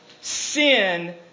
sin